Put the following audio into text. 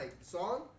song